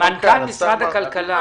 על מנכ"ל משרד הכלכלה.